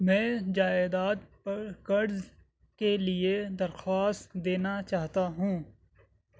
میں جائیداد پر قرض کے لیے درخواست دینا چاہتا ہوں